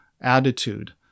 attitude